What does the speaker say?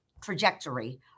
trajectory